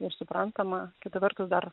ir suprantama kita vertus dar